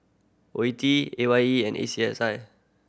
O ETI A Y E and A C S I